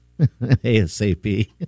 ASAP